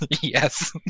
yes